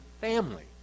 family